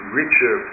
richer